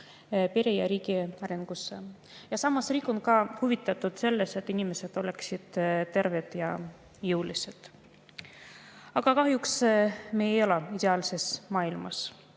pere ja riigi arengusse. Samas on riik huvitatud sellest, et inimesed oleksid terved ja jõulised. Aga kahjuks me ei ela ideaalses maailmas